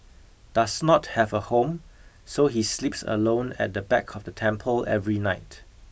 does not have a home so he sleeps alone at the back of the temple every night